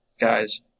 guys